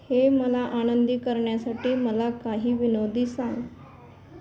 हे मला आनंदी करण्यासाठी मला काही विनोदी सांग